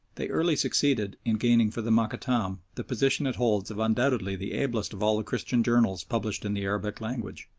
they early succeeded in gaining for the mokattam the position it holds of undoubtedly the ablest of all the christian journals published in the arabic language.